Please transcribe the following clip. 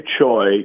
Choi